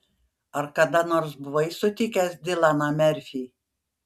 ar kada nors buvai sutikęs dilaną merfį